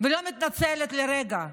ולא מתנצלת לרגע,